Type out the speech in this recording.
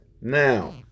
Now